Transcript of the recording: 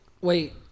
wait